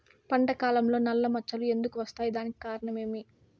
పంట కాలంలో నల్ల మచ్చలు ఎందుకు వస్తాయి? దానికి కారణం ఏమి?